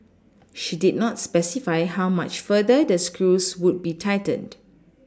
she did not specify how much further the screws would be tightened